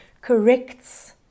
corrects